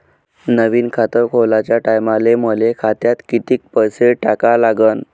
नवीन खात खोलाच्या टायमाले मले खात्यात कितीक पैसे टाका लागन?